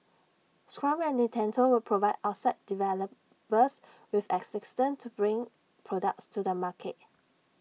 scrum and Nintendo will provide outside developers with assistance to bring products to the market